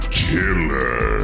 killer